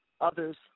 others